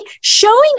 showing